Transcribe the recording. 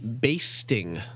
Basting